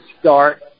start